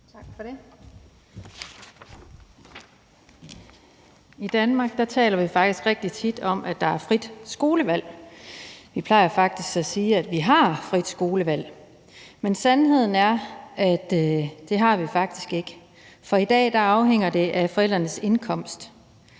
I Danmark taler vi rigtig tit om, at der er frit skolevalg. Vi plejer faktisk at sige, at vi har frit skolevalg, men sandheden er, at det har vi faktisk ikke, for i dag afhænger det af forældrenes indkomst.